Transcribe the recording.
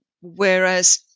whereas